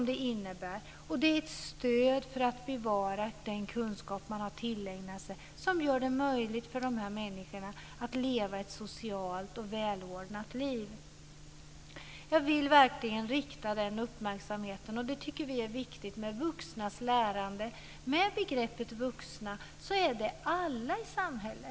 Det är ett stöd för att bevara den kunskap man har tillägnat sig och som gör det möjligt för de här människorna att leva ett socialt och välordnat liv. Jag vill verkligen rikta uppmärksamhet på detta. Vi tycker att det är viktigt med vuxnas lärande. Men i begreppet "vuxna" ryms alla i samhället.